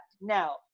now